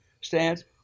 stands